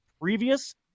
previous